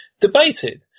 debated